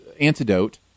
antidote